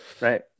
Right